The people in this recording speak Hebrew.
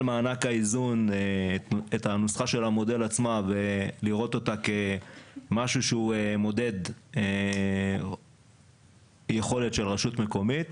מענק האיזון ולראות אותה כמשהו שהוא מודד יכולת של רשות מקומית.